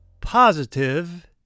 Positive